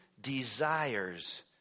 desires